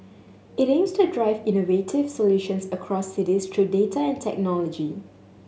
it aims to drive innovative solutions across cities through data and technology